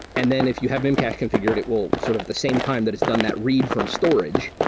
and then if you have memcached configured, it will sort of the same time that is done that read from storage,